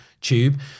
tube